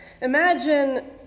Imagine